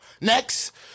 next